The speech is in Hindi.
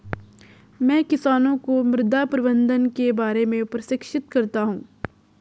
मैं किसानों को मृदा प्रबंधन के बारे में प्रशिक्षित करता हूँ